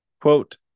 Quote